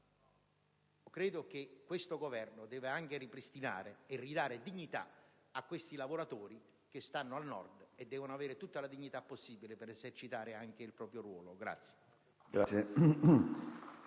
Credo che questo Governo debba ridare dignità a questi lavoratori che stanno al Nord e devono avere tutta la dignità possibile per esercitare il proprio ruolo.